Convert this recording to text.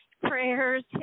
prayers